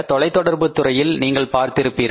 தொலைத்தொடர்பு துறையில் நீங்கள் பார்த்திருப்பீர்கள்